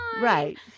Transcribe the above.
Right